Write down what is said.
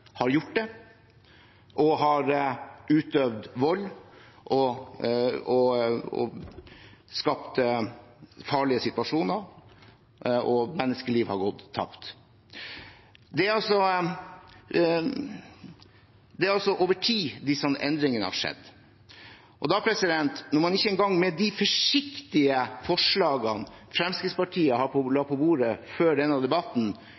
har gjort det. De har utøvd vold, skapt farlige situasjoner, og menneskeliv har gått tapt. Disse endringene har skjedd over tid, og når man ikke engang ønsker å gå inn på de forsiktige forslagene Fremskrittspartiet la på bordet før denne debatten,